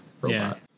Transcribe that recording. robot